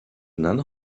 none